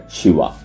Shiva